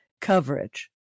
coverage